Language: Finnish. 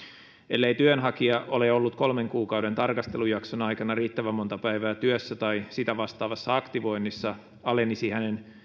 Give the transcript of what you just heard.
ellei työnhakija ole ollut kolmen kuukauden tarkastelujakson aikana riittävän monta päivää työssä tai sitä vastaavassa aktivoinnissa alenisi hänen